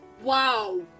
Wow